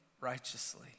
righteously